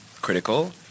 critical